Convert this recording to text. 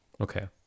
Okay